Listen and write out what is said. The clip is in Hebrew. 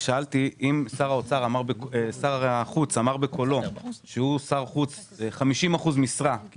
שר החוץ אמר בקולו שהוא שר חוץ ב-50 אחוזים משרה כי